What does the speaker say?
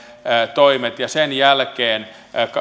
toimet ja sen jälkeen